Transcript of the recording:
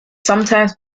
sometimes